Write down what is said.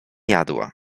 jadła